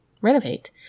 renovate